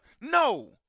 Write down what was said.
No